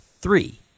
three